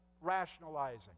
rationalizing